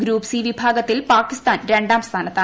group C വിഭാഗത്തിൽ പാകിസ്ഥാൻ രണ്ട്ാർ സ്ത്ഥാനത്താണ്